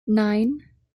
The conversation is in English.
nine